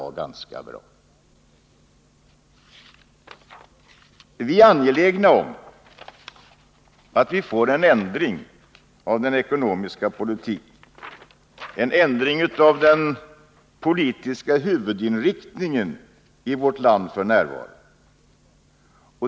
Åtgärder för att stabilisera ekono Vi är angelägna om att få en ändring av den ekonomiska politiken, en ändring av den nuvarande politiska huvudinriktningen i vårt land.